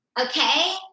Okay